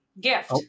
gift